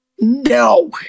No